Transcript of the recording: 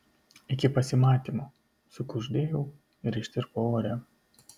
iki pasimatymo sukuždėjau ir ištirpau ore